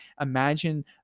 Imagine